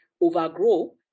overgrow